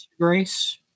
Grace